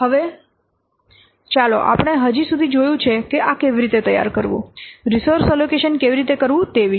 હવે ચાલો આપણે હજી સુધી જોયું છે કે આ કેવી રીતે તૈયાર કરવું રિસોર્સ એલોકેશન કેવી રીતે કરવું તે વિશે